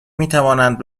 میتوانند